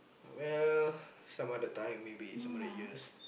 well some other time maybe some other years